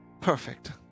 Perfect